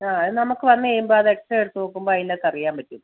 ആ എന്നാൽ നമുക്ക് വന്നുകഴിയുമ്പോൾ അത് എക്സ് റേ എടുത്തുനോക്കുമ്പോൾ അതിനകത്ത് അറിയാൻ പറ്റും